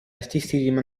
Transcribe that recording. artisti